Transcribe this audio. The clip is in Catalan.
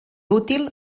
útil